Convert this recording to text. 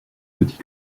petit